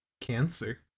cancer